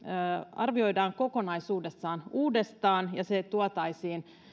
arvioidaan kokonaisuudessaan uudestaan ja se tuotaisiin